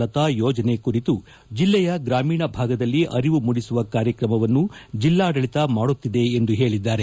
ಲತಾ ಯೋಜನೆ ಕುರಿತು ಜಿಲ್ಲೆಯ ಗ್ರಾಮೀಣ ಭಾಗದಲ್ಲಿ ಅರಿವು ಮೂಡಿಸುವ ಕಾರ್ಯಕ್ರಮವನ್ನು ಜಿಲ್ಲಾಡಳಿತ ಮಾಡುತ್ತಿದೆ ಎಂದು ಹೇಳಿದ್ದಾರೆ